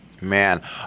Man